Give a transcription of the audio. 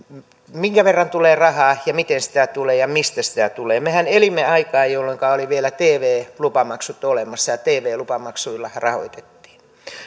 minkä verran tulee rahaa ja miten sitä tulee ja mistä sitä tulee mehän elimme aikaa jolloinka oli vielä tv lupamaksu olemassa ja tv lupamaksuilla rahoitettiin